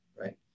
right